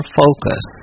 focus